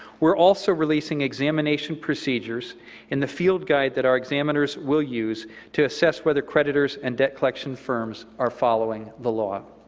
also releasing examination procedures in the field guide that our examiners will use to assess whether creditors and debt collection firms are following the law.